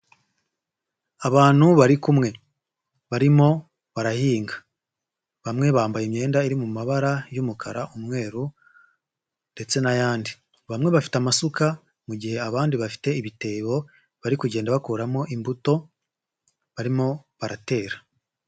Abantu bari kumwe barimo barahinga, bamwe bambaye imyenda iri mu mabara y'umukara, umweru ndetse n'ayandi, bamwe bafite amasuka mu gihe abandi bafite ibitebo bari kugenda bakuramo imbuto barimo baratera.